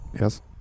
Yes